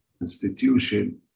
institution